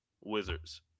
Wizards